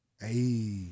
Hey